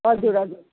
हजुर हजुर